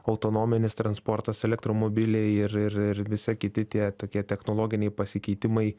autonominis transportas elektromobiliai ir ir ir visa kiti tie tokie technologiniai pasikeitimai